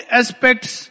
aspects